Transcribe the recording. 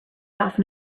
often